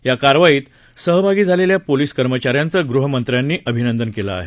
या कारवाईत सहभागी झालेल्या पोलीस कर्मचाऱ्याचं गृहमंत्र्यानी अभिनंदन केलं आहे